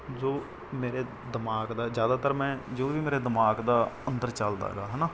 ਜੋ ਮੇਰੇ ਦਿਮਾਗ ਦਾ ਜ਼ਿਆਦਾਤਰ ਮੈਂ ਜੋ ਵੀ ਮੇਰੇ ਦਿਮਾਗ ਦਾ ਅੰਦਰ ਚੱਲਦਾ ਹੈਗਾ ਹੈ ਨਾ